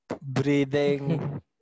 breathing